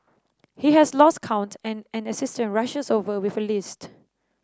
he has lost count and an assistant rushes over with a list